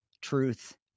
truth